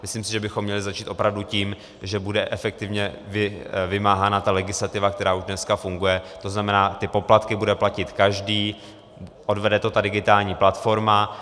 Myslím si, že bychom měli začít opravdu tím, že bude efektivně vymáhána legislativa, která už dneska funguje, to znamená, poplatky bude platit každý, odvede to digitální platforma.